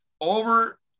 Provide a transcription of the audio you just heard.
Over